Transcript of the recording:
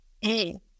hey